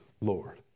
Lord